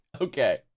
okay